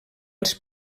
els